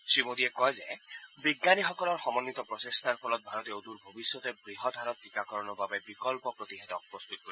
শ্ৰী মোদীয়ে কয় যে বিজ্ঞানীসকলৰ সময়িত প্ৰচেষ্টাৰ ফলত ভাৰতে অদূৰ ভৱিষ্যতে বৃহৎ হাৰত টীকাকৰণৰ বাবে বিকল্প প্ৰতিষেধক প্ৰস্তত কৰিব